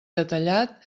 detallat